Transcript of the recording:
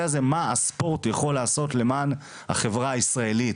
של מה הספורט יכול לעשות בשביל החברה הישראלית.